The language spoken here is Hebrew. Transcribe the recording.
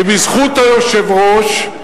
ובזכות היושב-ראש,